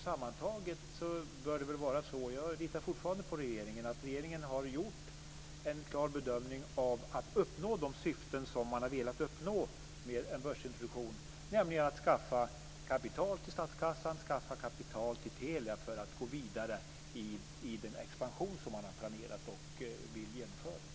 Sammantaget bör det väl vara så - jag litar fortfarande på regeringen - att regeringen har gjort en klar bedömning av vad som behövs för att uppnå de syften som man har velat uppnå med en börsintroduktion, nämligen att skaffa kapital till statskassan och skaffa kapital till Telia för att gå vidare i den expansion som man har planerat och vill genomföra.